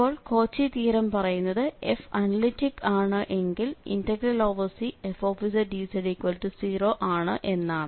ഇപ്പോൾ Cauchy theorem പറയുന്നത് f analytic ആണ് എങ്കിൽ Cfzdz0 ആണ് എന്നാണ്